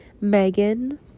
Megan